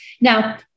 Now